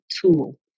tool